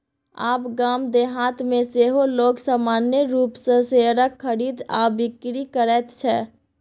आब गाम देहातमे सेहो लोग सामान्य रूपसँ शेयरक खरीद आ बिकरी करैत छै